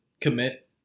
Commit